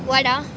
what ah